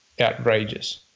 outrageous